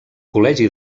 col·legi